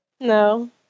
No